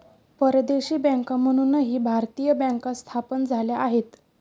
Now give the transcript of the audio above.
परदेशी बँका म्हणूनही भारतीय बँका स्थापन झाल्या आहेत